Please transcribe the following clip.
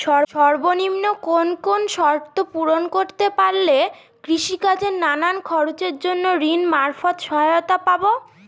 সর্বনিম্ন কোন কোন শর্ত পূরণ করতে পারলে কৃষিকাজের নানান খরচের জন্য ঋণ মারফত সহায়তা পাব?